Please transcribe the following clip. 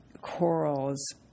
corals